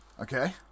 Okay